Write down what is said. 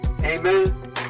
Amen